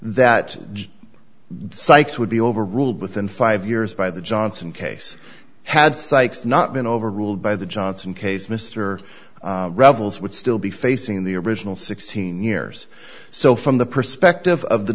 that psychs would be overruled within five years by the johnson case had sykes not been overruled by the johnson case mr revels would still be facing the original sixteen years so from the perspective of the